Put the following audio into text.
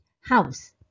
House